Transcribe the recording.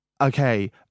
okay